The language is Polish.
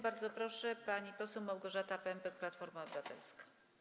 Bardzo proszę, pani poseł Małgorzata Pępek, Platforma Obywatelska.